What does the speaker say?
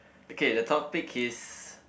okay the topic is